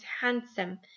handsome